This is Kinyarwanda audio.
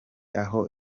aho